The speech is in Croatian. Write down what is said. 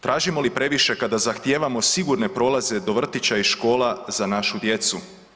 Tražimo li previše kada zahtijevamo sigurne prolaze do vrtića i škola za našu djecu?